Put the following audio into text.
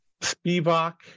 Spivak